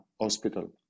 Hospital